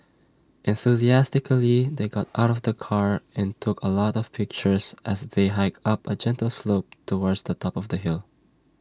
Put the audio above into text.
enthusiastically they got out of the car and took A lot of pictures as they hiked up A gentle slope towards the top of the hill